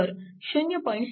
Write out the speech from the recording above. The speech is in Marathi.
75 0